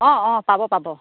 অঁ অঁ পাব পাব